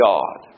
God